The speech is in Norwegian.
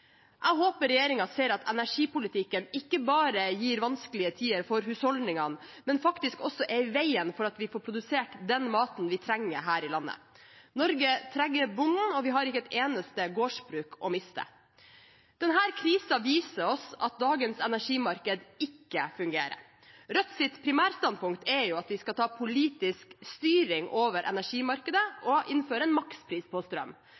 Jeg håper regjeringen ser at energipolitikken ikke bare gir vanskelige tider for husholdningene, men faktisk også er i veien for at vi får produsert den maten vi trenger her i landet. Norge trenger bonden, og vi har ikke et eneste gårdsbruk å miste. Denne krisen viser oss at dagens energimarked ikke fungerer. Rødts primærstandpunkt er at vi skal ta politisk styring over energimarkedet og innføre en makspris på strøm.